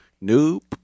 Nope